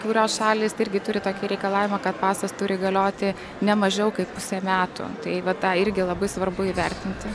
kurios šalys irgi turi tokį reikalavimą kad pasas turi galioti ne mažiau kaip pusė metų tai va tą irgi labai svarbu įvertinti